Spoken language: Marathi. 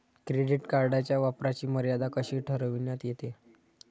क्रेडिट कार्डच्या वापराची मर्यादा कशी ठरविण्यात येते?